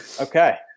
Okay